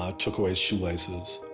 ah took away his shoelaces,